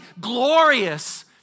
glorious